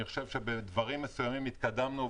אני חושב שבדברים מסוימים התקדמנו.